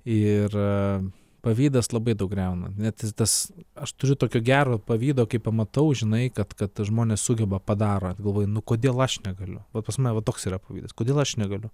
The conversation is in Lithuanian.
ir pavydas labai daug griauna net tas aš turiu tokio gero pavydo kai pamatau žinai kad kad žmonės sugeba padaro galvoju nu kodėl aš negaliu va pas mane toks yra pavydas kodėl aš negaliu